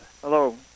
hello